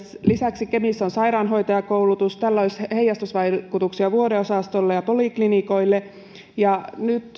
lisäksi kemissä on sairaanhoitajakoulutus tällä olisi heijastusvaikutuksia vuodeosastoille ja poliklinikoille nyt